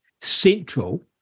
central